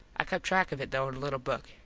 i kept track of it though in a little book.